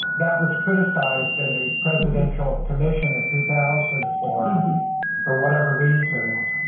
that was criticized in the presidential commission in two thousand for for whatever reasons.